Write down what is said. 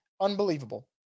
Unbelievable